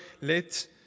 let